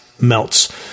melts